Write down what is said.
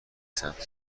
ثبت